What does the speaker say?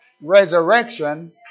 resurrection